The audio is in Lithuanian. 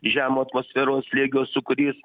žemo atmosferos slėgio sūkurys